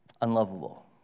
unlovable